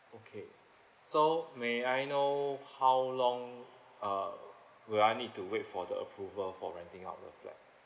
okay so may I know how long uh do I need to wait for the approval for renting out the flat